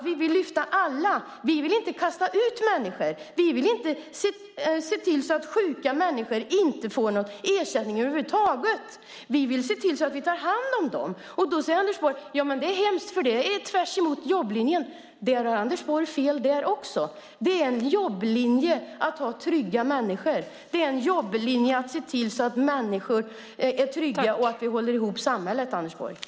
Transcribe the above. Vi vill lyfta upp alla. Vi vill inte kasta ut människor. Vi vill inte se till att sjuka människor inte får någon ersättning över huvud taget. Vi vill se till att ta hand om dem. Då säger Anders Borg: Det är hemskt, för det är tvärs emot jobblinjen. Anders Borg har fel där också. Det är en jobblinje att ha trygga människor. Det är en jobblinje att se till att människor är trygga och att vi håller ihop samhället, Anders Borg.